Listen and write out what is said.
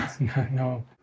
No